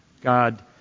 God